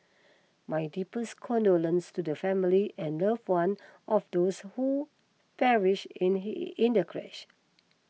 my deepest condolences to the families and love one of those who perished in the crash